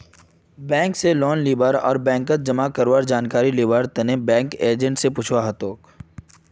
bank स loan लीबा आर बैंकत जमा करवार जानकारी लिबार तने बैंक एजेंटक पूछुवा हतोक